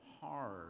hard